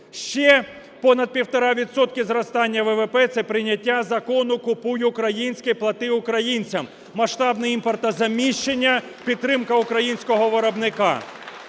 Ще понад 1,5 відсотки зростання ВВП – це прийняття Закону "Купуй українське, плати українцям!", масштабне імпортозаміщення, підтримка українського виробника.